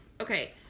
Okay